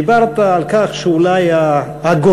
דיברת על כך שאולי הגורמים,